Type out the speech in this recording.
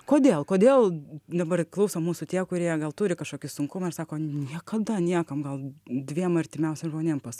kodėl kodėl dabar klauso mūsų tie kurie gal turi kažkokį sunkumą ir sako niekada niekam gal dviem artimiausiem žmonėm pasa